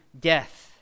death